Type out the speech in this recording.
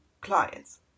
clients